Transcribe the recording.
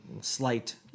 slight